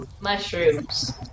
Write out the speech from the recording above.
mushrooms